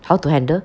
how to handle